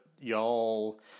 y'all